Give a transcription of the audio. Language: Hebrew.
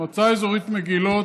מועצה אזורית מגילות,